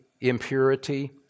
impurity